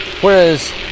Whereas